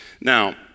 Now